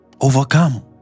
Overcome